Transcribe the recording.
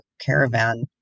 caravan